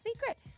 Secret